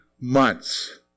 months